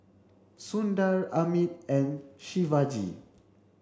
Sundar Amit and Shivaji